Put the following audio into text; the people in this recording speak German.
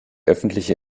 öffentliche